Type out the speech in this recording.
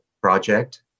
project